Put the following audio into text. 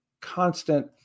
constant